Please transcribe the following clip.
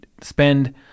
spend